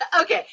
Okay